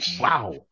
Wow